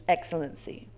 Excellency